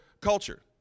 culture